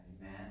Amen